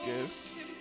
guess